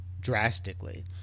drastically